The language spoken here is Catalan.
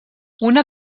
una